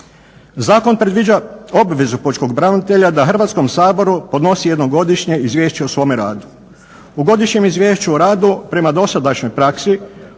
Zakon predviđa obvezu pučkog pravobranitelja da Hrvatskom saboru podnosi jednog godišnje izvješće o svome radu. U Godišnjem izvješću o radu prema dosadašnjoj praksi